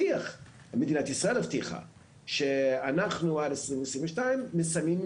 מישהו בדק או עקב וראה שזה קורה?